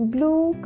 Blue